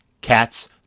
Cats